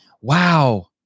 Wow